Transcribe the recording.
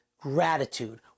gratitude